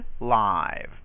live